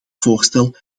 voorstel